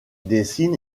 dessine